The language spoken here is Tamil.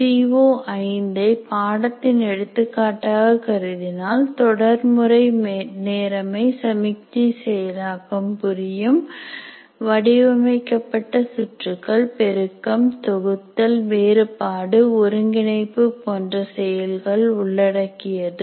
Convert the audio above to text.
சிஓ5 ஐ பாடத்தின் எடுத்துக்காட்டாக கருதினால் தொடர் முறை நேரமை சமிக்ஞை செயலாக்கம் புரியும் வடிவமைக்கப்பட்ட சுற்றுக்கள் பெருக்கம் தொகுத்தல் வேறுபாடு ஒருங்கிணைப்பு போன்ற செயல்கள் உள்ளடக்கியது